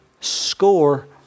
score